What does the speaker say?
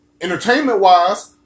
entertainment-wise